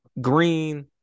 Green